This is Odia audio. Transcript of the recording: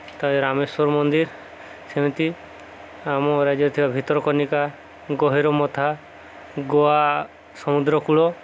ତା'ପରେ ରାମେଶ୍ୱର ମନ୍ଦିର ସେମିତି ଆମ ରାଜ୍ୟରେ ଥିବା ଭିତରକନିକା ଗହିରମଥା ଗୋଆ ସମୁଦ୍ରକୂଳ